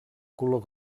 color